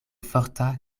forta